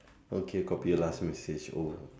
okay copy last message over